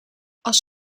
als